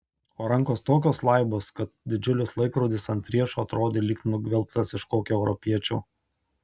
o rankos tokios laibos kad didžiulis laikrodis ant riešo atrodė lyg nugvelbtas iš kokio europiečio